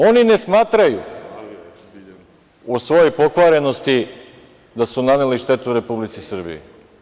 Oni ne smatraju u svojoj pokvarenosti da su naneli štetu Republici Srbiji.